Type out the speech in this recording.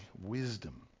wisdom